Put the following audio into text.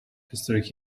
historic